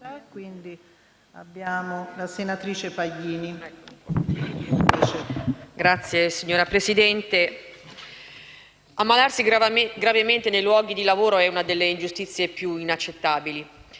Signora Presidente, ammalarsi gravemente nei luoghi di lavoro è una delle ingiustizie più inaccettabili.